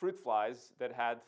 fruit flies that